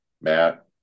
matt